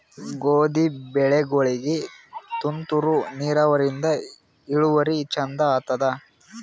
ಗೋಧಿ ಬೆಳಿಗೋಳಿಗಿ ತುಂತೂರು ನಿರಾವರಿಯಿಂದ ಇಳುವರಿ ಚಂದ ಆತ್ತಾದ?